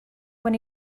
when